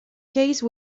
case